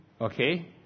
Okay